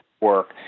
work